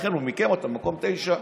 לכן הוא מיקם אותה במקום התשיעי,